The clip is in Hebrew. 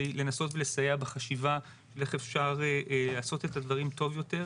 לנסות לסייע בחשיבה איך אפשר לעשות את הדברים טוב יותר.